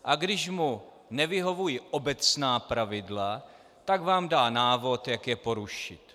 A když mu nevyhovují obecná pravidla, tak vám dá návod, jak je porušit.